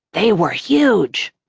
they were huge.